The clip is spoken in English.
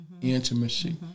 intimacy